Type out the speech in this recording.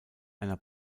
einer